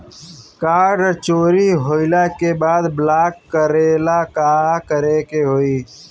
Card चोरी होइला के बाद ब्लॉक करेला का करे के होई?